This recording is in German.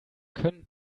können